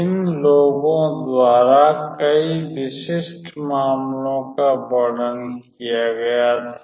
इन लोगों द्वारा कई विशिष्ट मामलों का वर्णन किया गया था